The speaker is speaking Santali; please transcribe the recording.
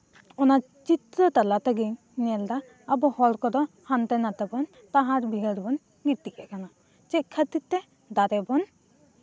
ᱚᱱᱟ ᱪᱤᱛᱨᱟᱹ ᱛᱟᱞᱟ ᱛᱮᱜᱮ ᱧᱮᱞ ᱫᱟ ᱟᱵᱚ ᱦᱚᱲ ᱠᱚᱫᱚ ᱦᱟᱱᱛᱮ ᱱᱟᱛᱮ ᱵᱚᱱ ᱛᱟᱦᱟᱲ ᱵᱤᱦᱟᱹᱲ ᱵᱚᱱ ᱜᱤᱛᱤᱡ ᱟᱠᱟᱱᱟ ᱪᱮᱫ ᱠᱷᱟᱹᱛᱤᱨ ᱛᱮ ᱫᱟᱨᱮ ᱵᱚᱱ